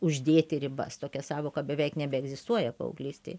uždėti ribas tokia sąvoka beveik nebeegzistuoja paauglystėj